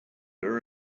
are